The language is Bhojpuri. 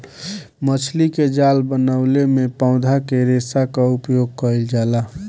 मछरी के जाल बनवले में पौधा के रेशा क उपयोग कईल जाला